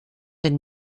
den